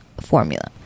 formula